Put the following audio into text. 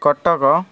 Cuttack